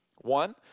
One